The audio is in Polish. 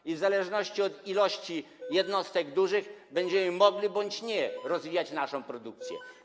I w zależności od ilości jednostek dużych będziemy mogli bądź nie rozwijać naszą produkcję.